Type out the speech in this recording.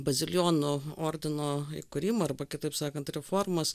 bazilijonų ordino įkūrimo arba kitaip sakant reformos